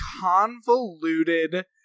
convoluted